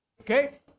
okay